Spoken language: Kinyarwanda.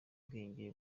ubwenge